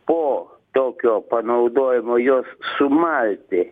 po tokio panaudojimo juos sumalti